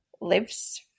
lives